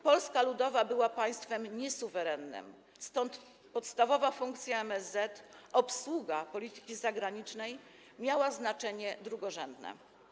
Polska Ludowa była państwem niesuwerennym, stąd podstawowa funkcja MSZ - obsługa polityki zagranicznej - miała znaczenie drugorzędne.